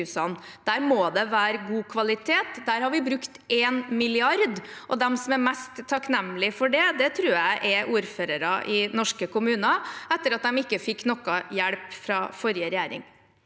Der må det være god kvalitet. Der har vi brukt 1 mrd. kr, og de som er mest takknemlige for det, tror jeg er ordførere i norske kommuner – etter at de ikke fikk noe hjelp av forrige regjering.